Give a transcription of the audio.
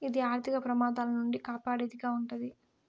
ఇది ఆర్థిక ప్రమాదాల నుండి కాపాడేది గా ఉంటది